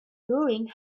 during